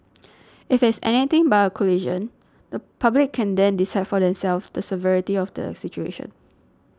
if it is anything but a collision the public can then decide for themselves the severity of the situation